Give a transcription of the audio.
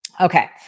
Okay